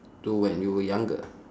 to when you were younger